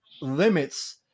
limits